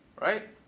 right